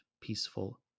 peaceful